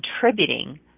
contributing